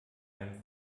einem